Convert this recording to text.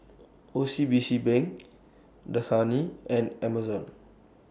O C B C Bank Dasani and Amazon